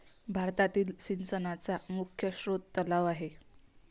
भारतातील सिंचनाचा मुख्य स्रोत तलाव आहे